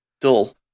dull